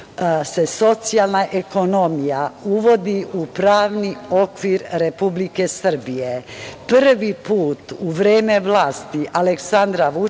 se socijalna ekonomija uvodi u pravni okvir Republike Srbije. Prvi put u vreme vlasti Aleksandra Vučića